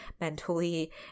mentally